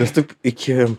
nes taip iki